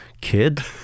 Kid